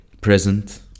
present